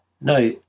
Now